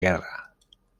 guerra